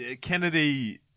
Kennedy